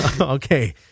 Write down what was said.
Okay